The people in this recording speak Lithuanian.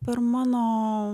per mano